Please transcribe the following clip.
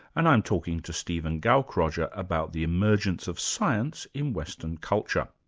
and i'm talking to stephen gaukroger about the emergence of science in western culture.